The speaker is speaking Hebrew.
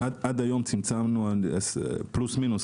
עד היום צמצמנו פלוס-מינוס,